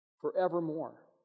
forevermore